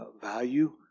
value